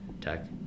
tech